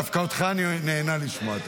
דווקא אותך אני נהנה לשמוע.